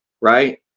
Right